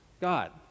God